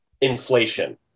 inflation